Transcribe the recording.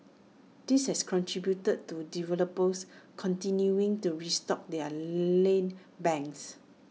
this has contributed to developers continuing to restock their land banks